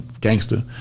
gangster